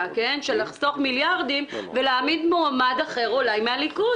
של לחסוך מיליארדים ולהעמיד אולי מועמד אחר מהליכוד.